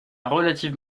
relative